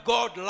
God